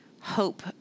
hope